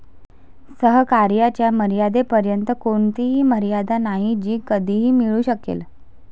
सहकार्याच्या मर्यादेपर्यंत कोणतीही मर्यादा नाही जी कधीही मिळू शकेल